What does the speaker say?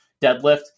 deadlift